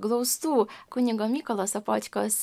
glaustų kunigo mykolo sopočkos